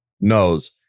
knows